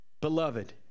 beloved